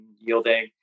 yielding